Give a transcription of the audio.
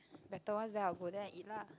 better ones then I will go there and eat lah